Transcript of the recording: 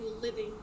living